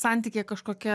santykyje kažkokia